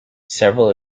several